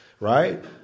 right